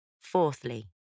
Fourthly